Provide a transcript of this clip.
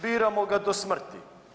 Biramo ga do smrti.